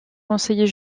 conseiller